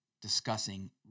discussing